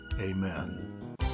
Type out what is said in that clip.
Amen